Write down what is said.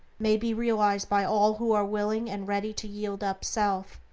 may be realized by all who are willing and ready to yield up self,